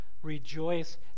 Rejoice